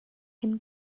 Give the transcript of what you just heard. cyn